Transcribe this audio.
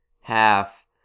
half